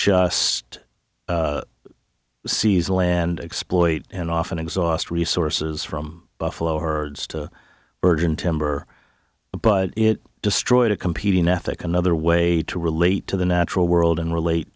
just seize land exploit and often exhaust resources from buffalo herds to virgin timber but it destroyed a competing ethic another way to relate to the natural world and relate